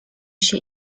się